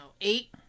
eight